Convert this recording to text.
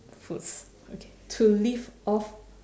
foods okay to live off